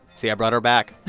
see i brought her back.